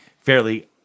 fairly